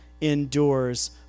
endures